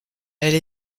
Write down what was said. elle